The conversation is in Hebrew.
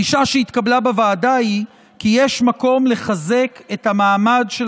הגישה שהתקבלה בוועדה היא כי יש מקום לחזק את המעמד של